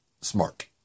smart